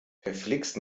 verflixt